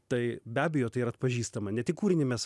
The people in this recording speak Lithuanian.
tai be abejo tai yra atpažįstama ne tik kūrinį mes